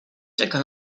czeka